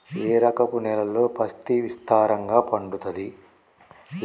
ఏ రకపు నేలల్లో పత్తి విస్తారంగా పండుతది?